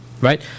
right